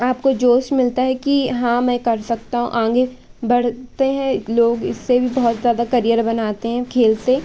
आपको जोश मिलता है कि हाँ मैं कर सकता हूँ आगे बढ़ते हैं लोग इससे भी बहुत ज़्यादा करियर बनाते हैं खेल से